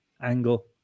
angle